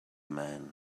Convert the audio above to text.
man